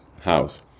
house